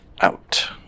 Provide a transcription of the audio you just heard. out